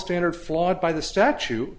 standard flawed by the statue